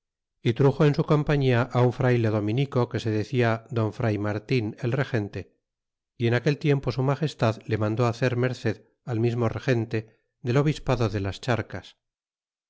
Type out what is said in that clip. y truxo en su compañia un frayledominico que se decia don fray martin el regente y en aquel tiempo su magestad le mandó hacer merced al mismo regente del obispado de las charcas